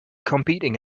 competing